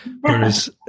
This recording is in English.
Whereas